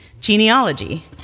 Genealogy